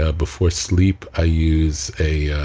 ah before sleep i use a,